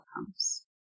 Outcomes